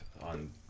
on